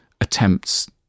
attempts